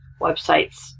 websites